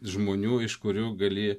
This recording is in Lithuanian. žmonių iš kurių gali